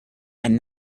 and